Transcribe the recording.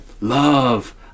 Love